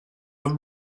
the